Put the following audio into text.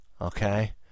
Okay